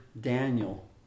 Daniel